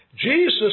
Jesus